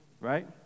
right